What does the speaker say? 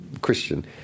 Christian